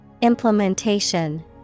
Implementation